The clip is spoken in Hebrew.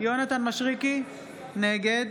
יונתן מישרקי, נגד